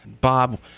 Bob